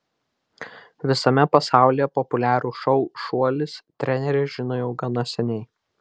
visame pasaulyje populiarų šou šuolis trenerė žino jau gana seniai